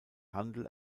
handel